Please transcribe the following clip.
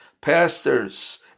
Pastors